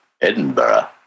Edinburgh